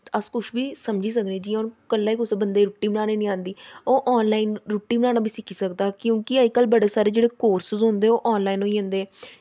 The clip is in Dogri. अस कुछ बी समजी सकने जि'यां हून कल गी कुसै बंदे गी रुट्टी बनाना नेईं औंदी ओह् आनलाइन रुट्टी बनाना बी सिक्खी सकदा क्योंकि अजकल्ल बड़े सारे जेह्ड़े कोर्सिस होंदे ओह् आनलाइन होई जंदे